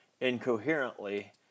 incoherently